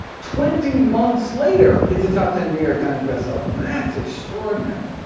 twenty months later, it's a top ten new york times best seller, and that's extraordinary.